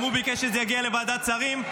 וגם הוא ביקש שזה יגיע לוועדת השרים.